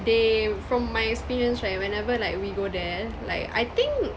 they from my experience right whenever like we go there like I think